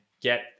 get